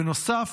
בנוסף,